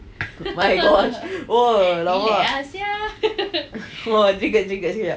oh my gosh !woo! lawak !wah! kejap kejap kejap